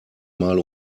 mal